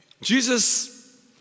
Jesus